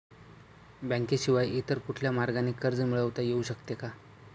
बँकेशिवाय इतर कुठल्या मार्गाने कर्ज मिळविता येऊ शकते का?